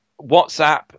WhatsApp